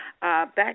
Back